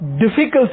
difficult